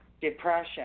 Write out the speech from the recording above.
depression